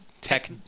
tech